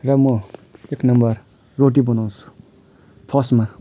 र म एक नम्बर रोटी बनाउँछु फर्स्टमा